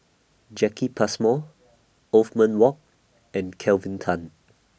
Jacki Passmore Othman Wok and Kelvin Tan